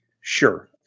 Sure